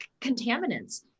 contaminants